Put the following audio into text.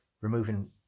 Removing